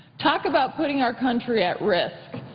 talk about putting our country at risk.